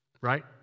right